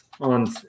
on